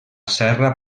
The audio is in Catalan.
serra